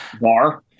Bar